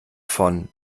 von